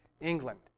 England